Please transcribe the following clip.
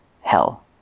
Hell